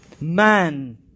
man